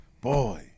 Boy